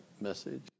message